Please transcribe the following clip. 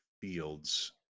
fields